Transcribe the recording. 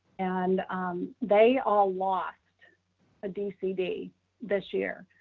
and they all lost a dcd this year.